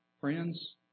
Friends